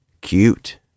Cute